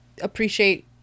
appreciate